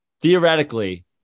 Theoretically